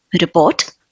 report